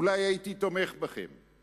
אולי הייתי תומך בכם,